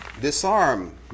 disarm